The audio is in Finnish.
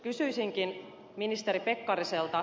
kysyisinkin ministeri pekkariselta